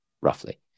roughly